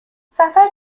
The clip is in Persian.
سفر